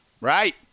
Right